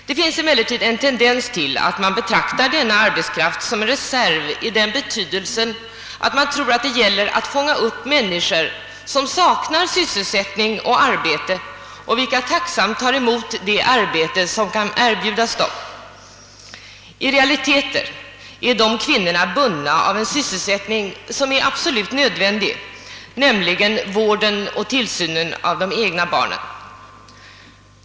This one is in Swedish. Det finns emellertid 'en tendens att betrakta: denna arbetskraft :som :en' Teserv:i den betydelsen att man tror att det gäller att fånga. upp människor som saknar: sysselsättning och som tacksämt tar emot det arbete söm' kan erbjudas dem. I realiteten är 'dessa kvinnor .bundna av: en sysselsättning som är absolut nödvändig, nämligen vården och tillsynen av de egna. barnen.